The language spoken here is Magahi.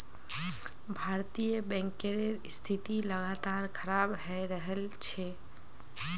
भारतीय बैंकेर स्थिति लगातार खराब हये रहल छे